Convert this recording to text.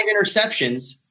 interceptions